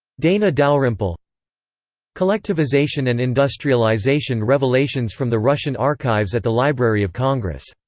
dana dalrymple collectivization and industrialization revelations from the russian archives at the library of congress